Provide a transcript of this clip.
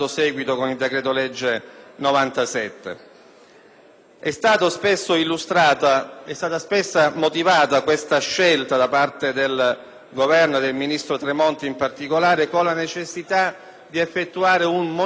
n. 97. Quella scelta è stata spesso motivata da parte del Governo, e del ministro Tremonti in particolare, con la necessità di effettuare un monitoraggio nell'uso delle risorse pubbliche.